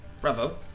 bravo